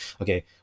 okay